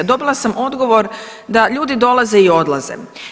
Dobila sam odgovor da ljudi dolaze i odlaze.